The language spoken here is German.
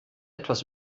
etwas